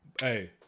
hey